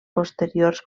posteriors